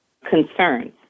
concerns